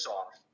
off